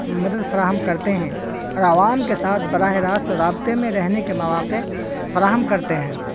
مدد فراہم کرتے ہیں اور عوام کے ساتھ براہ راست رابطے میں رہنے کے مواقع فراہم کرتے ہیں